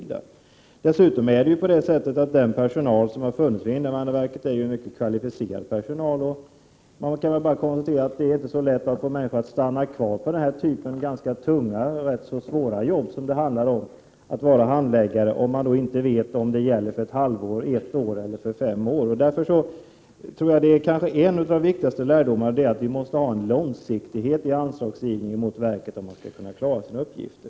Dessutom är ju den personal som har funnits vid invandrarverket mycket kvalificerad, och man kan väl bara konstatera att det inte är så lätt att få en anställd att stanna kvar på den typ av tungt och ganska svårt jobb som det är fråga om för en handläggare, om man inte vet om tjänsten gäller för ett halvår, ett år eller fem år. En av de viktigaste lärdomar vi kan dra tror jag därför är att vi måste ha en långsiktighet i anslagsgivningen, om invandrarverket skall kunna klara sina uppgifter.